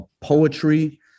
poetry